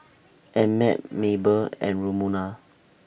Emmett Mabel and Romona